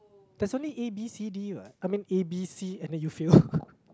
there's only A_B_C_D what I mean A_B_C and then you fail